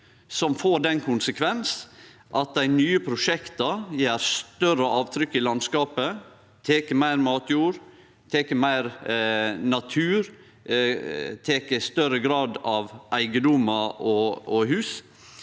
som får den konsekvensen at dei nye prosjekta set større avtrykk i landskapet, tek meir matjord, tek meir natur, i større grad tek eigedomar og hus